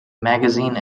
magazine